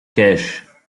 cash